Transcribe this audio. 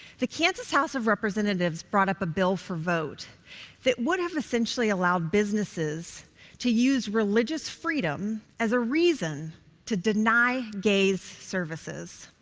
the kansas house of representatives brought up a bill for vote that would have essentially allowed businesses to use religious freedom as a reason to deny gays services.